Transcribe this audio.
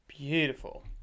Beautiful